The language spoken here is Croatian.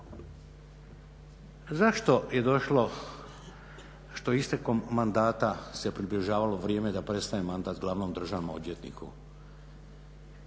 Zašto je došlo što istekom mandata se približavalo vrijeme da prestane mandat glavnom državnom odvjetniku?